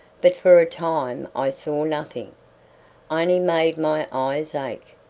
but for a time i saw nothing. i only made my eyes ache,